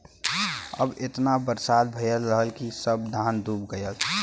अब एतना बरसात भयल रहल कि सब धान डूब गयल